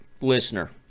listener